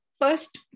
First